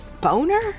Boner